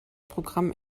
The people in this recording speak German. programm